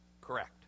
correct